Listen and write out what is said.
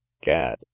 gad